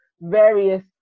various